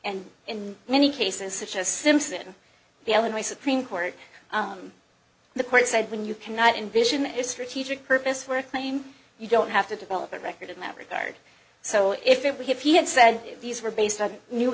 and in many cases such as simpson the illinois supreme court the court said when you cannot envision a strategic purpose for a claim you don't have to develop a record in that regard so if it were his he had said these were based on new